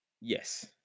Yes